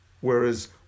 whereas